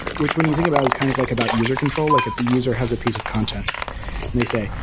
which when you think about is kind of like about user control. like if the user has a piece of content and they say,